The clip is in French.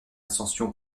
ascension